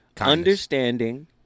understanding